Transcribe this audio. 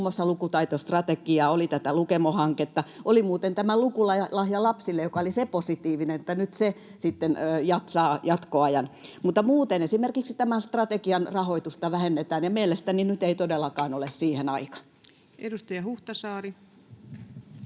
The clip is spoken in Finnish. muun muassa lukutaitostrategiaa, oli tätä Lukemo-hanketta, oli muuten tämä Lukulahja lapselle, joka oli siitä positiivinen, että nyt se sitten saa jatkoajan. Mutta muuten, esimerkiksi tämän strategian, rahoitusta vähennetään, ja mielestäni nyt ei todellakaan ole siihen